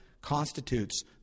constitutes